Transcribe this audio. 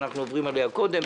שאנחנו עוברים עליה קודם.